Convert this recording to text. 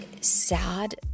Sad